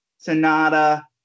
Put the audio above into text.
Sonata